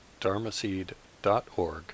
dharmaseed.org